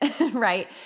right